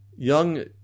Young